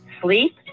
sleep